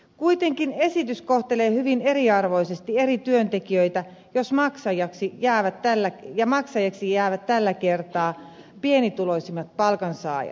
kuitenkin esitys kohtelee hyvin eriarvoisesti eri työntekijöitä ja maksajaksi jäävät tällä kertaa pienituloisimmat palkansaajat